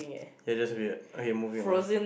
you are just weird okay move it on